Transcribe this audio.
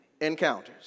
encounters